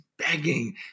begging